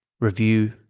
review